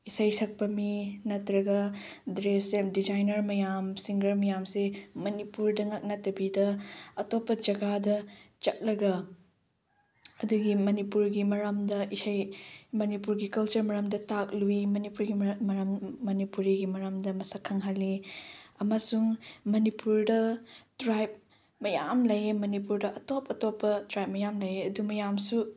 ꯏꯁꯩ ꯁꯛꯄ ꯃꯤ ꯅꯠꯇ꯭ꯔꯒ ꯗ꯭ꯔꯦꯁ ꯑꯦꯟ ꯗꯤꯖꯥꯏꯟꯅꯔ ꯃꯌꯥꯝ ꯁꯤꯡꯒꯔ ꯃꯌꯥꯝꯁꯦ ꯃꯅꯤꯄꯨꯔꯗ ꯉꯥꯛ ꯅꯠꯇꯕꯤꯗ ꯑꯇꯣꯞꯄ ꯖꯒꯥꯗ ꯆꯠꯂꯒ ꯑꯗꯨꯒꯤ ꯃꯅꯤꯄꯨꯔꯒꯤ ꯃꯔꯝꯗ ꯏꯁꯩ ꯃꯅꯤꯄꯨꯔꯒꯤ ꯀꯜꯆꯔ ꯃꯔꯝꯗ ꯇꯥꯛꯂꯨꯏ ꯃꯅꯤꯄꯨꯔꯒꯤ ꯃꯅꯤꯄꯨꯔꯤꯒꯤ ꯃꯔꯝꯗ ꯃꯁꯛ ꯈꯪꯍꯜꯂꯤ ꯑꯃꯁꯨꯡ ꯃꯅꯤꯄꯨꯔꯗ ꯇ꯭ꯔꯥꯏꯞ ꯃꯌꯥꯝ ꯂꯩꯌꯦ ꯃꯅꯤꯄꯨꯔꯗ ꯑꯇꯣꯞ ꯑꯇꯣꯞꯄ ꯇ꯭ꯔꯥꯏꯞ ꯃꯌꯥꯝ ꯂꯩꯌꯦ ꯑꯗꯨ ꯃꯌꯥꯝꯁꯨ